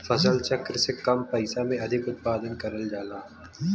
फसल चक्र से कम पइसा में अधिक उत्पादन करल जाला